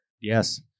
Yes